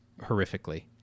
horrifically